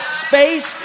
space